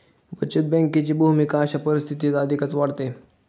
बचत बँकेची भूमिका अशा परिस्थितीत अधिकच वाढते